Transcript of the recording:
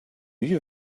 you